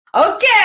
Okay